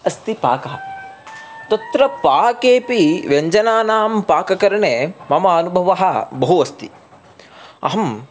अस्ति पाकः तत्र पाकेऽपि व्यञ्जनानां पाककरणे मम अनुभवः बहु अस्ति अहं